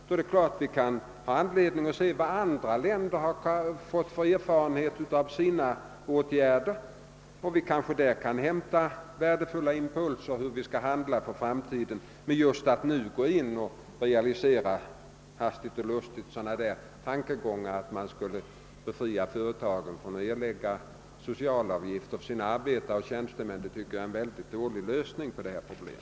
Självfallet kan vi då ha anledning att undersöka vilka erfarenheter andra länder har haft av sina åtgärder, och vi kanske därifrån kan hämta värdefulla impulser till vårt framtida handlande. Men att just nu hastigt och lustigt realisera tankegångar om att företagen skulle befrias från erläggande av sociala avgifter för sina arbetare och tjänstemän tycker jag är en mycket dålig lösning på detta problem.